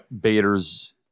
Bader's